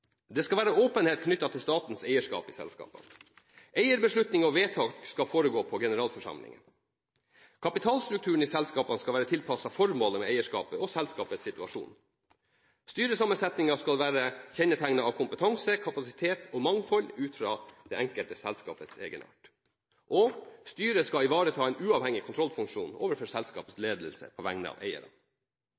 Det skal være åpenhet knyttet til statens eierskap i selskapene. Eierbeslutninger og vedtak skal foregå på generalforsamlingen. Kapitalstrukturen i selskapet skal være tilpasset formålet med eierskapet og selskapets situasjon. Styresammensetningen skal være kjennetegnet av kompetanse, kapasitet og mangfold ut fra det enkelte selskapets egenart. Styret skal ivareta en uavhengig kontrollfunksjon overfor selskapets ledelse på vegne av eierne.